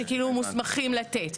שכאילו מוסכמים לתת.